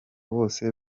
bose